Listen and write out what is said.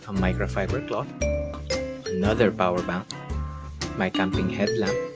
micro-fibre cloth another power bank my head lamp